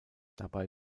dabei